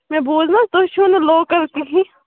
مےٚ بوٗز نہٕ حظ تُہۍ چھُو نہٕ لوکَل کِہی